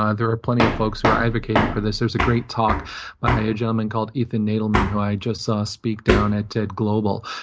ah there are plenty of folks who are advocating for this. there's a great talk by a gentleman called ethan nadlemann, who i just saw speak down at ted global,